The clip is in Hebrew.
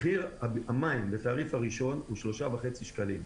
מחיר המים לבדם בתעריף הראשון הוא 3.5 שקלים לקו"ב,